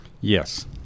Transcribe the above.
yes